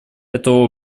это